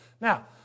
Now